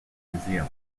museum